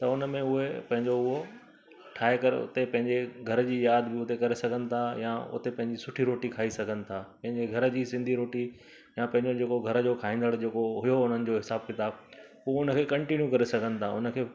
त हुन में उहे पंहिंजो उहो ठाहे करे हुते पंहिंजे घर जी यादि बि हुते करे सघनि था या हुते पंहिंजी सुठी रोटी खाई सघनि था पंहिंजे घर जी सिंधी रोटी या पंहिंजो जेको घर जो खाईंदड़ जेको हुयो हुननि जो हिसाबु किताबु उहो हुन खे कंटीन्यू करे सघनि था हुन खे